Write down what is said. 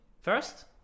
First